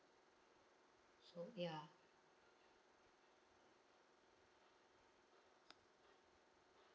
so ya